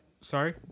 Sorry